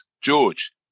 george